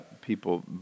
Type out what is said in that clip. people